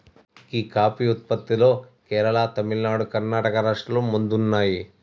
గీ coffee ఉత్పత్తిలో కేరళ, తమిళనాడు, కర్ణాటక రాష్ట్రాలు ముందున్నాయి